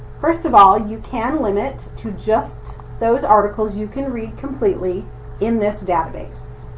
first of all, and you can limit to just those articles you can read completely in this database.